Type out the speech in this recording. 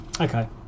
Okay